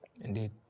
Indeed